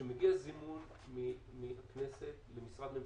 כשמגיע זימון מהכנסת למשרד ממשלתי,